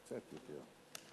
קצת יותר.